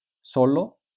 solo